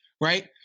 right